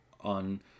on